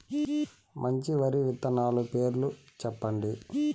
మంచి వరి విత్తనాలు పేర్లు చెప్పండి?